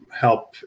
help